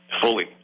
Fully